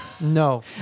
no